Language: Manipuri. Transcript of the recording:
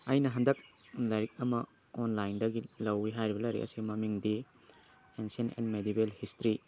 ꯑꯩꯅ ꯍꯟꯗꯛ ꯂꯥꯏꯔꯤꯛ ꯑꯃ ꯑꯣꯟꯂꯥꯏꯟꯗꯒꯤ ꯂꯧꯏ ꯍꯥꯏꯔꯤꯕ ꯂꯥꯏꯔꯤꯛ ꯑꯁꯤꯒꯤ ꯃꯃꯤꯡꯗꯤ ꯑꯦꯟꯁꯤꯌꯟ ꯑꯦꯟ ꯃꯦꯗꯤꯕꯦꯜ ꯍꯤꯁꯇ꯭ꯔꯤ